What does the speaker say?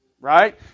Right